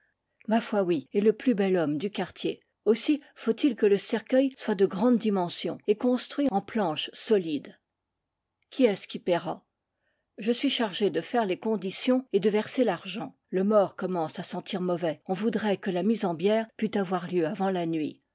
ma foi oui et le plus bel homme du quartier aussi faut-il que le cercueil soit de grandes dimensions et cons truit en planches solides qui est-ce qui payera je suis chargé de faire les conditions et de verser l'argent le mort commence à sentir mauvais on voudrait que la mise en bière pût avoir lieu avant la nuit